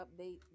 update